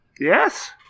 Yes